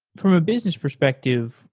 from a business perspective,